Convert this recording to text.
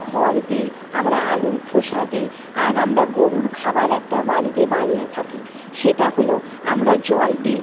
খড় দিই আমরা আলুর খোসা দিই আর আমরা গরুর খাবার একটা বাড়িতে বানিয়ে থাকি সেটা হল আমরা জল দিই